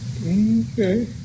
Okay